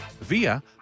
via